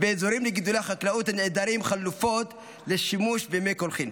ואזורים לגידולי חקלאות הנעדרים חלופות לשימוש במי קולחין.